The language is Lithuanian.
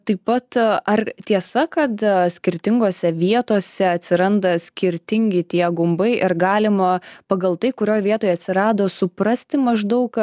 taip pat ar tiesa kad skirtingose vietose atsiranda skirtingi tie gumbai ir galima pagal tai kurioj vietoj atsirado suprasti maždaug